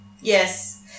Yes